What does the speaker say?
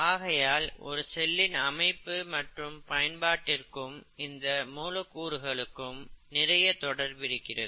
ஆகையால் ஒரு செல்லின் அமைப்பு மற்றும் பயன்பாட்டிற்கும் இந்த மூலக்கூறுகளுக்கும் நிறைய தொடர்பிருக்கிறது